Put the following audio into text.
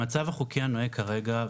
המצב החוקי הנוהג כרגע,